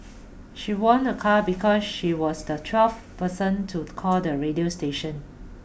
she won a car because she was the twelfth person to call the radio station